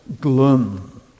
gloom